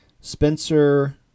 Spencer